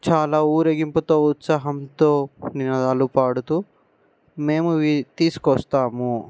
చాలా ఊరేగింపుతో ఉత్సాహంతో నినాదాలు పాడుతూ మేము తీసుక వస్తాము